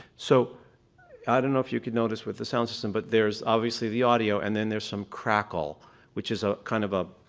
so i don't know if you can notice with the sound system, but there's obviously the audio and there's some crackle which is ah kind of a,